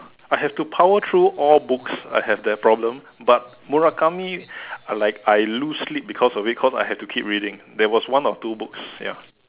I have to power through all books I have that problem but Murakami I like I lose sleep because of it cause I have to keep reading there was one or two books ya